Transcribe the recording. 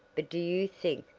but do you think,